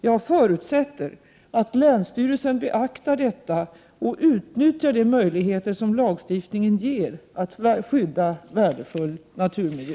Jag förutsätter att länsstyrelsen beaktar detta och utnyttjar de möjligheter som lagstiftningen ger att skydda värdefull naturmiljö.